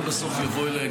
הם בסוף יבואו אליי,